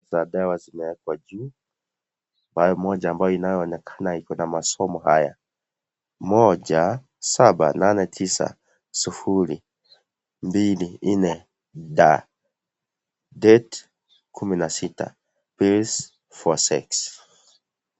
Za dawa zimewekwa juu ambayo moja inayoonekana iko na masomo haya:moja saba nane tisa sufuri mbili nne da (cs)Date(cs) kumi na sita (cs)pills for sex(cs).